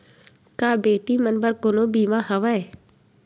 का बेटी मन बर कोनो बीमा हवय?